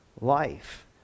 life